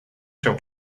się